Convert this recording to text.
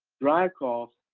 dry cough,